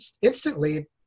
instantly